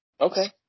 Okay